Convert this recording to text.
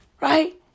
Right